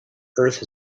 earth